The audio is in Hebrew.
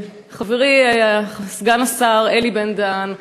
חברי סגן השר אלי בן-דהן,